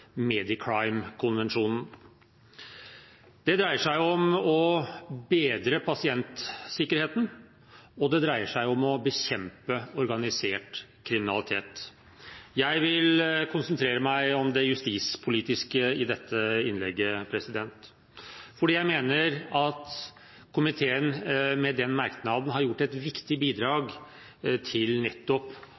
Det dreier seg om å bedre pasientsikkerheten, og det dreier seg om å bekjempe organisert kriminalitet. Jeg vil konsentrere meg om det justispolitiske i dette innlegget. Jeg mener at komiteen med den merknaden har gitt et viktig bidrag til nettopp